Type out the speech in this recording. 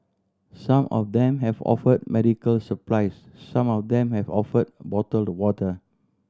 some of them have offered medical supplies some of them have offered bottled water